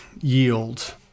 yields